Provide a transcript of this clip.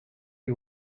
you